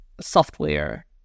software